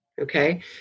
Okay